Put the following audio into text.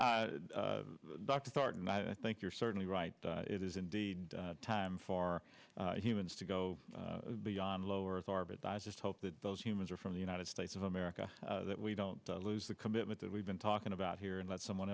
and i think you're certainly right it is indeed time for humans to go beyond low earth are but i just hope that those humans are from the united states of america that we don't lose the commitment that we've been talking about here and let someone